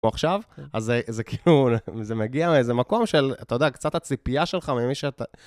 עכשיו, אז זה כאילו, זה מגיע מאיזה מקום של, אתה יודע, קצת הציפייה שלך ממי שאתה...